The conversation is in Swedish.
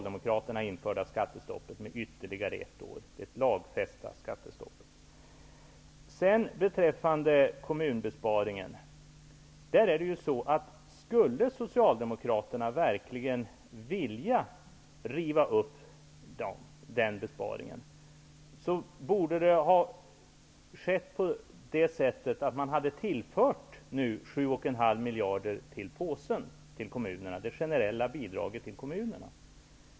Därefter har riksdagen fattat beslut om att förlänga detta lagfästa skattestopp med ytterligare ett år. Om Socialdemokraterna verkligen skulle vilja riva upp beslutet om kommunbesparingen, borde man ha tillfört 7,5 miljarder till påsen till kommunerna, dvs. det generella bidraget till kommunerna.